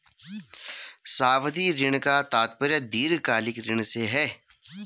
सावधि ऋण का तात्पर्य दीर्घकालिक ऋण से है